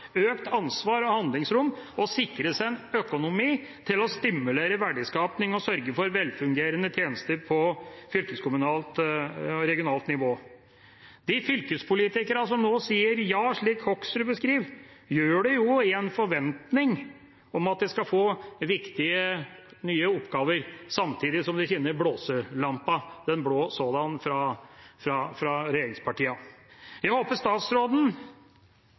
økt ansvar og handlingsrom og sikres økonomi til å stimulere verdiskaping og sørge for velfungerende tjenester på regionalt nivå. De fylkespolitikerne som nå sier ja, slik Hoksrud beskriver, gjør det i forventning om at de skal få viktige, nye oppgaver – samtidig som de kjenner regjeringspartienes blåselampe, den blå sådan. Jeg håper statsråden